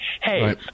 Hey